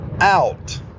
out